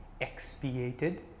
expiated